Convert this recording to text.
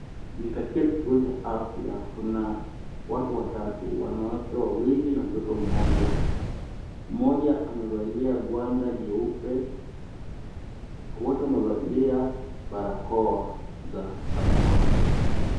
Ni katika kituo cha afya kuna watu kuna watu watatu, wanawake wawili na mtoto mmoja. Mmoja amevalia gwanda jeupe. Wote wamevalia barakoa za samawati.